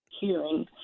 hearing